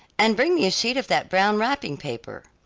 and bring me a sheet of that brown wrapping paper.